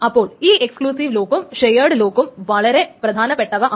അപ്പോൾ ഈ എക്സ്ക്ലൂസീവ് ലോക്കും ഷെയേട് ലോക്കും വളരെ പ്രധാനപ്പെട്ടവയാണ്